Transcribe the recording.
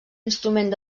instrument